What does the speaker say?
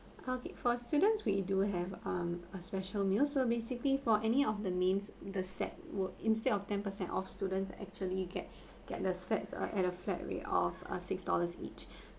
okay for students we do have um a special meal so basically for any of the mains the set were instead of ten percent off student actually get get the sets uh at a flat rate of a six dollar each